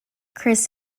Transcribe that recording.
chris